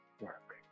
work